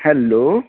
hello